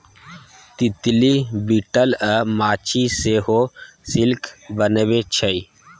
तितली, बिटल अ माछी सेहो सिल्क बनबै छै